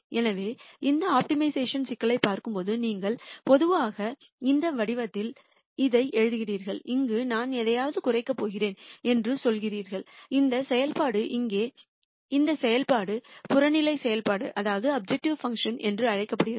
எனவே இந்த ஆப்டிமைசேஷன் சிக்கலைப் பார்க்கும்போது நீங்கள் பொதுவாக இந்த வடிவத்தில் இதை எழுதுகிறேன் அங்கு நான் எதையாவது குறைக்கப் போகிறேன் என்று சொல்கிறீர்கள் இந்த செயல்பாடு இங்கே இந்த செயல்பாடு புறநிலை செயல்பாடு என்று அழைக்கப்படுகிறது